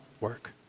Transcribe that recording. work